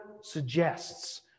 suggests